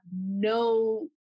no